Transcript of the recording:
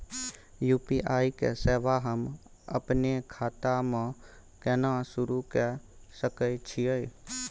UPI के सेवा हम अपने खाता म केना सुरू के सके छियै?